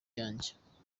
yanjye